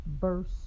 verse